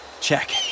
check